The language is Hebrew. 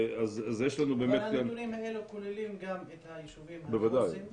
אבל הנתונים האלה כוללים גם את היישובים הדרוזיים?